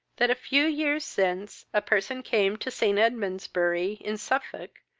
that, a few years since, a person came to st. edmund's bury, in suffolk,